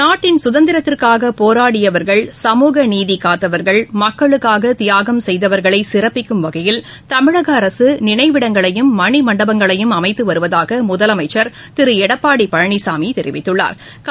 நாட்டின் சுதந்திரத்திற்காக போராடியவர்கள் சமூக நீதி காத்தவர்கள் மக்களுக்காக தியாகம் செய்தவர்களை சிறப்பிக்கும் வகையில் தமிழக அரசு நினைவிடங்களையும மணிமண்டபங்களையும் அமைத்து வருவதாக முதலமைச்சா் திரு எடப்பாடி பழனிசாமி தெரிவித்துள்ளாா்